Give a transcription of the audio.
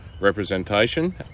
representation